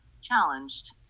challenged